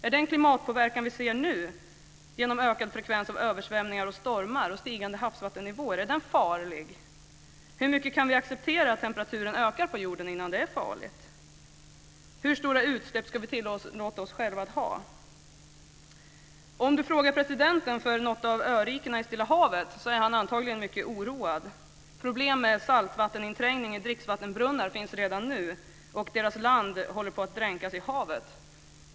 Är den klimatpåverkan som vi ser nu genom ökad frekvens av översvämningar, stormar och stigande havsvattennivåer farlig? Hur mycket kan vi acceptera att temperaturen ökar på jorden innan det är farligt? Hur stora utsläpp ska vi tillåta oss själva att ha? Om man frågar presidenten för något av örikena i Stilla havet så är han antagligen mycket oroad. Problem med saltvatteninträngning i dricksvattenbrunnar finns redan nu, och landet håller på att dränkas i havet.